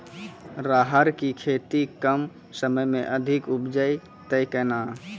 राहर की खेती कम समय मे अधिक उपजे तय केना?